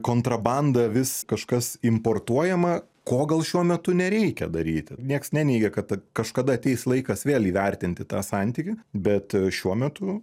kontrabanda vis kažkas importuojama ko gal šiuo metu nereikia daryti nieks neneigia kad kažkada ateis laikas vėl įvertinti tą santykį bet šiuo metu